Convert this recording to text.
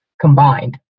combined